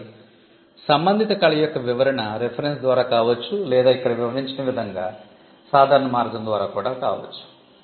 కాబట్టి సంబంధిత కళ యొక్క వివరణ రిఫరెన్స్ ద్వారా కావచ్చు లేదా ఇక్కడ వివరించిన విధంగా ఇది సాధారణ మార్గం ద్వారా కూడా కావచ్చు